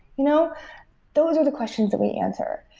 you know those are the questions that we answer.